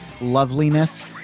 loveliness